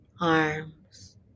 arms